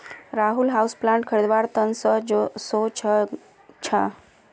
Rahul houseplant खरीदवार त न सो च छ